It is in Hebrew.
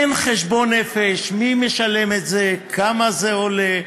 אין חשבון נפש, מי משלם את זה, כמה זה עולה.